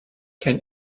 can